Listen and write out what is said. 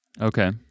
Okay